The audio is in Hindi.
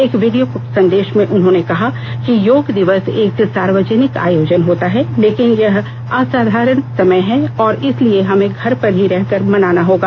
एक वीडियो संदेश में उन्होंने कहा कि योग दिवस एक सार्वजनिक आयोजन होता है लेकिन यह असाधारण समय है और इसलिए हमें घर पर ही रहकर मनाना होगा